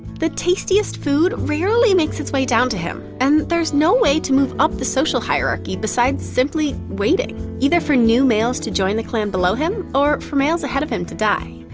the tastiest food rarely makes its way down to him, and there's no way to move up the social hierarchy besides simply waiting either for new males to join the clan below him or for males ahead of him to die.